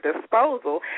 disposal